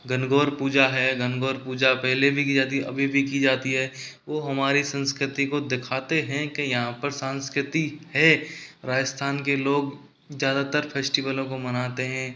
गनगौर पूजा है गनगौर पूजा पहले भी की जाती अभी भी की जाती है वो हमारे संस्कृति को दिखाते हैं कि यहाँ पर संस्कृति है राजस्थान के लोग ज़्यादातर फेस्टिवलों को मनाते हैं